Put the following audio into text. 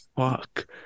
fuck